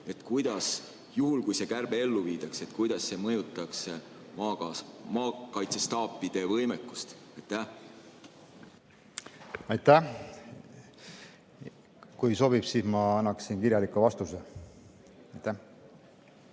arendamisega. Juhul kui see kärbe ellu viiakse, kuidas see mõjutaks maakaitsestaapide võimekust? Aitäh! Kui sobib, siis ma annan kirjaliku vastuse. Aitäh!